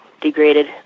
degraded